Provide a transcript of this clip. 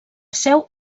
seu